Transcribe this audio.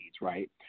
right